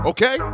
Okay